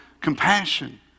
compassion